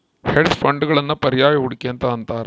hedge ಫಂಡ್ಗಳನ್ನು ಪರ್ಯಾಯ ಹೂಡಿಕೆ ಅಂತ ಅಂತಾರ